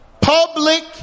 public